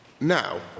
Now